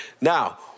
Now